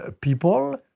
people